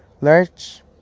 large